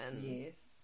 yes